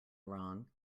wrong